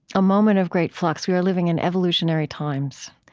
a moment of great flux. we are living in evolutionary times.